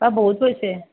অ' বহুত কৈছে